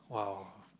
!wow!